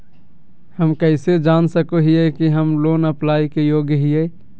हम कइसे जान सको हियै कि हम लोन अप्लाई के योग्य हियै?